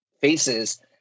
faces